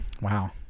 Wow